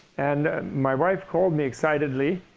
and my wife called me excitedly